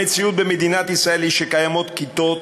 המציאות במדינת ישראל היא שקיימות כיתות,